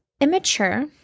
immature